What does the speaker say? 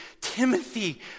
Timothy